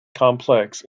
complex